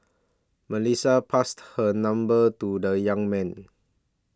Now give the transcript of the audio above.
Melissa passed her number to the young man